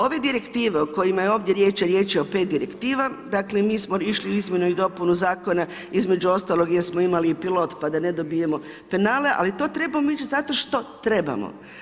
Ove direktive o kojima je ovdje riječ, a riječ je o pet direktiva, dakle mi smo išli u izmjenu i dopunu zakona između ostalog jer smo imali pilot pa da ne dobijemo penale, ali to trebamo ići zato što trebamo.